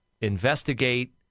investigate